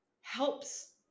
helps